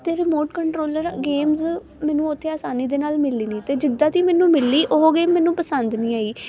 ਅਤੇ remote controller games ਮੈਨੂੰ ਉੱਥੇ ਆਸਾਨੀ ਦੇ ਨਾਲ ਮਿਲੀ ਨਹੀਂ ਅਤੇ ਜਿੱਦਾਂ ਦੀ ਮੈਨੂੰ ਮਿਲੀ ਉਹ ਗੇਮ ਮੈਨੂੰ ਪਸੰਦ ਨਹੀਂ ਆਈ